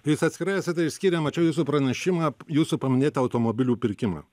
jūs atskirai esate išskyrę mačiau jūsų pranešimą jūsų paminėtą automobilių pirkimą